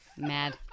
Mad